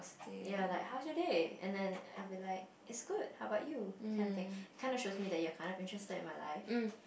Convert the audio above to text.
ya like how's your day and then I'll be like it's good how about you kind of thing kind of shows me that you are kind of interested in my life